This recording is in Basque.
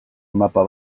mapa